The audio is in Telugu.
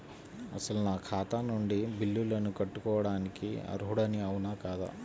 అసలు నా ఖాతా నుండి బిల్లులను కట్టుకోవటానికి అర్హుడని అవునా కాదా?